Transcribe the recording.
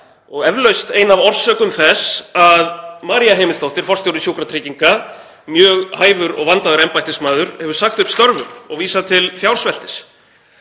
og eflaust ein af orsökum þess að María Heimisdóttir, forstjóri Sjúkratrygginga, mjög hæfur og vandaður embættismaður, hefur sagt upp störfum og vísað til fjársveltis.